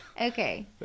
Okay